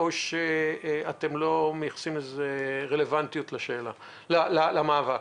או שאתם לא מייחסים רלוונטיות למאבק?